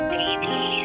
baby